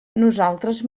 nosaltres